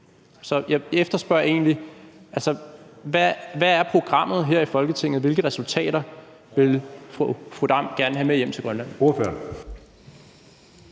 Så jeg efterspørger egentlig, hvad programmet er her i Folketinget. Hvilke resultater vil fru Aki-Matilda Høegh-Dam gerne have med hjem til Grønland?